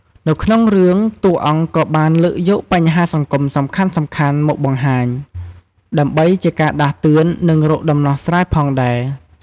នៅក្នុងរឿងតួរអង្គក៏បានលើកយកបញ្ហាសង្គមសំខាន់ៗមកបង្ហាញ ដើម្បីជាការដាស់តឿន នឹងរកដំណោះស្រាយផងដែរ ។